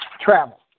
travel